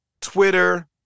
Twitter